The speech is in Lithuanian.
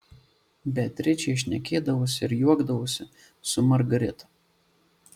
beatričė šnekėdavosi ir juokdavosi su margarita